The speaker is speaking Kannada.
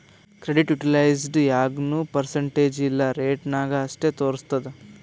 ಕ್ರೆಡಿಟ್ ಯುಟಿಲೈಜ್ಡ್ ಯಾಗ್ನೂ ಪರ್ಸಂಟೇಜ್ ಇಲ್ಲಾ ರೇಟ ನಾಗ್ ಅಷ್ಟೇ ತೋರುಸ್ತುದ್